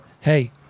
hey